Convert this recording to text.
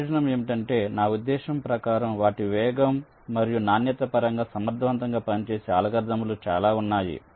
ప్రయోజనం ఏమిటంట నా ఉద్దేశ్యం ప్రకారం వాటి వేగం మరియు నాణ్యత పరంగా సమర్థవంతంగా పనిచేసే అల్గోరిథంలు చాలా ఉన్నాయి